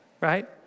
right